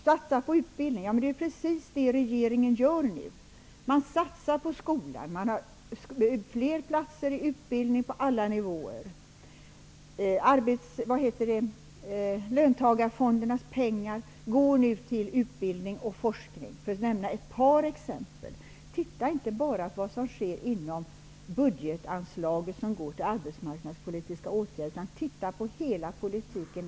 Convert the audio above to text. Satsar på utbildning är precis det regeringen gör nu. Man satsar på skolan. Det finns fler platser i utbildning på alla nivåer. Löntagarfondernas pengar går nu till utbildning och forskning, för att nämna ett par exempel. Titta inte bara på vad som sker inom budgetanslaget som går till arbetsmarknadspolitiska åtgärder, utan titta på hela politiken!